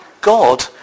God